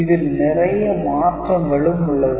இதில் நிறைய மாற்றங்களும் உள்ளது